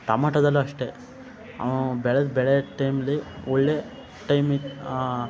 ಟಮಾಟೊದಲ್ಲೂ ಅಷ್ಟೇ ಅವ ಬೆಳೆದ ಬೆಳೆ ಟೈಮಲ್ಲಿ ಒಳ್ಳೆ ಟೈಮಿ